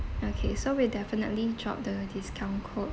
okay so we'll definitely drop the discount code